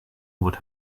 would